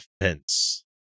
offense